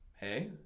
hey